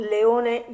Leone